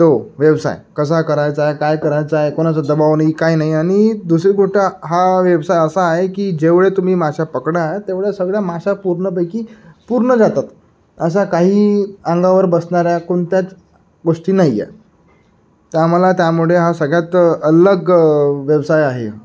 तो व्यवसाय कसा करायचा आहे काय करायचा आहे कोणाचा दबााव नाही काय नाही आणि दुसरी गोष्ट हा व्यवसाय असा आहे की जेवढे तुम्ही माशा पकडाल तेवढे सगळ्या माशा पूर्णपैकी पूर्ण जातात अशा काही अंगावर बसणाऱ्या कोणत्याच गोष्टी नाही आहे तर आम्हाला त्यामुळे हा सगळ्यात अल्लग व्यवसाय आहे